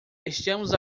estamos